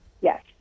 Yes